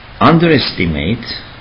underestimate